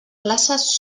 places